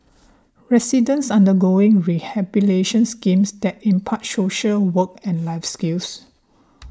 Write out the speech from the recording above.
residents undergoing rehabilitation schemes that impart social work and life skills